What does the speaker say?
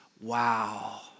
Wow